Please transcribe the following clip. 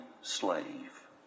slave